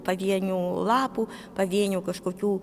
pavienių lapų pavienių kažkokių